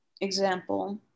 example